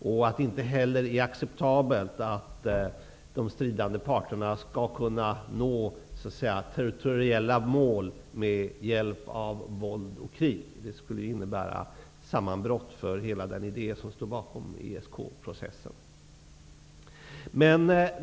Det är inte heller acceptabelt att de stridande parterna skall kunna nå territoriella mål med hjälp av våld och krig. Det skulle innebära sammanbrott för hela den idé som ligger bakom ESK-processen.